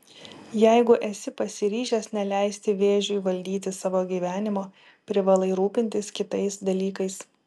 jeigu esi pasiryžęs neleisti vėžiui valdyti savo gyvenimo privalai rūpintis kitais dalykais